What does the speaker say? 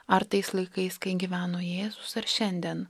ar tais laikais kai gyveno jėzus ar šiandien